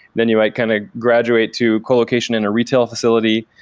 then you might kind of graduate to co location in a retail facility,